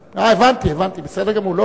הבנתי, הבנתי, בסדר גמור.